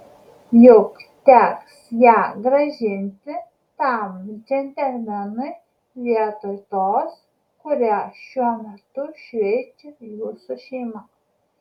juk teks ją grąžinti tam džentelmenui vietoj tos kurią šiuo metu šveičia jūsų šeima